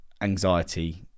anxiety